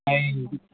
ꯑꯩ